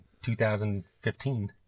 2015